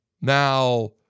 Now